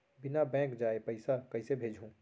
बिना बैंक जाए पइसा कइसे भेजहूँ?